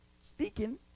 speaking